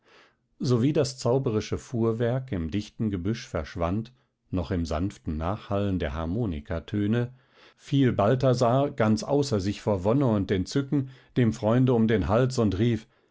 sowie das zauberische fuhrwerk im dichten gebüsch verschwand noch im sanften nachhallen der harmonikatöne fiel balthasar ganz außer sich vor wonne und entzücken dem freunde um den hals und rief